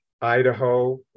Idaho